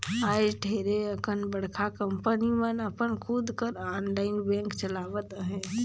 आएज ढेरे अकन बड़का कंपनी मन अपन खुद कर आनलाईन बेंक चलावत अहें